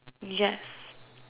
yes